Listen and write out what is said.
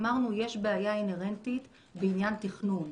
אמרנו שיש בעיה אינהרנטית בעניין תכנון.